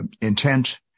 intent